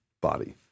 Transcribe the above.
body